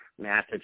massive